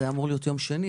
זה היה אמור להיות יום שני,